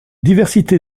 diversité